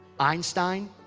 einstein.